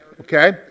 Okay